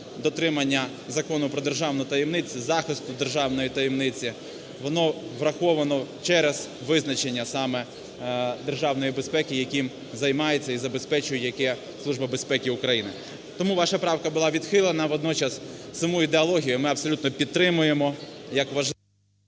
дотримання Закону про державну таємницю, захисту державної таємниці. Воно враховано через визначення саме державної безпеки, яким займається і забезпечує яке Служба безпеки України. Тому ваша правка була відхилена, водночас саму ідеологію ми абсолютно підтримуємо.